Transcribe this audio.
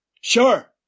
Sure